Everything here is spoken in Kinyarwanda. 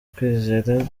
kwizera